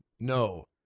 No